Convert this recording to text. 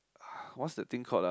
what's the thing called ah